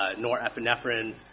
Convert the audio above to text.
norepinephrine